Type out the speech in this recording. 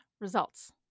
results